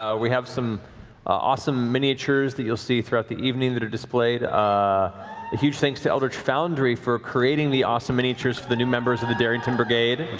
um we have some awesome miniatures that you'll see throughout the evening that are displayed, a huge thanks to eldritch foundry for creating the awesome miniatures for the new members of the darrington brigade.